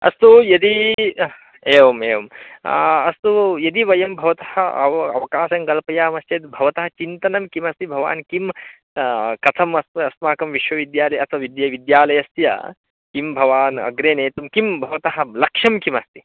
अस्तु यदि एवम् एवं अस्तु यदि वयं भवतः अव् अवकाशं कल्पामश्चेद् भवतः चिन्तनं किमस्ति भवान् किं कथम् अस् अस्माकं विश्वविद्यालये अथ विद्या विद्यालयस्य किं भवान् अग्रे नेतुं किं भवतः लक्ष्यं किमस्ति